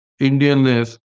Indianness